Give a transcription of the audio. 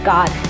God